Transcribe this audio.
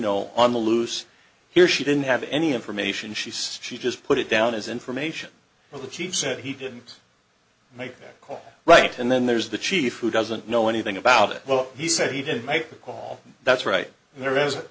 know on the loose here she didn't have any information she says she just put it down as information for the chief said he didn't make that call right and then there's the chief who doesn't know anything about it well he said he did make the call that's right and there is it